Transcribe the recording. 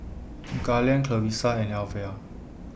Garland Clarissa and Alvia